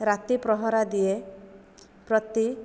ରାତି ପ୍ରହରା ଦିଏ ପ୍ରତି